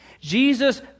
Jesus